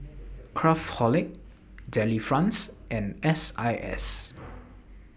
Craftholic Delifrance and S I S